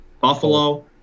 Buffalo